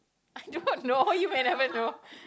I do not know you may never know